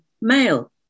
male